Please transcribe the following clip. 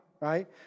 right